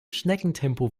schneckentempo